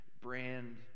brand